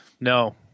No